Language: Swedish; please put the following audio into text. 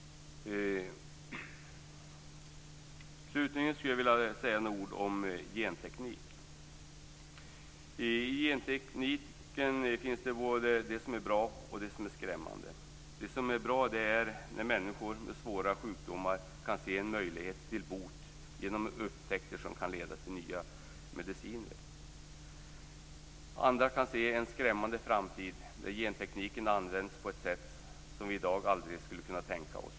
Slutligen skulle jag vilja säga några ord om genteknik. I gentekniken finns det både det som är bra och det som är skrämmande. Det som är bra är att människor med svåra sjukdomar kan se en möjlighet till bot genom upptäckter som kan leda till nya mediciner. Andra kan se en skrämmande framtid där gentekniken används på ett sätt som vi dag aldrig skulle kunna tänka oss.